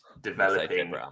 developing